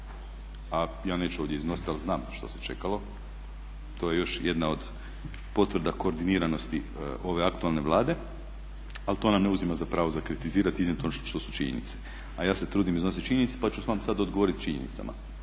a ja neću ovdje iznositi ali znam što se čekalo. To je još jedna od potvrda koordiniranosti ove aktualne Vlade, ali to nam ne uzima za pravo za kritizirati i iznijet ono što su činjenice, a ja se trudim iznosit činjenice pa ću vam sad odgovorit činjenicama.